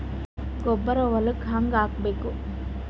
ಗೊಬ್ಬರ ಹೊಲಕ್ಕ ಹಂಗ್ ಹಾಕಬೇಕು?